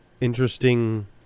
interesting